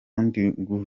ndigukora